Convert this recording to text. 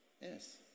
Yes